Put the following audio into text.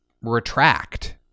retract